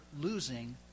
losing